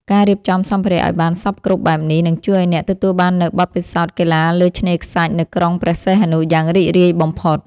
ការរៀបចំសម្ភារៈឱ្យបានសព្វគ្រប់បែបនេះ នឹងជួយឱ្យអ្នកទទួលបាននូវបទពិសោធន៍កីឡាលើឆ្នេរខ្សាច់នៅក្រុងព្រះសីហនុយ៉ាងរីករាយបំផុត។